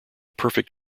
perfect